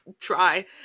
try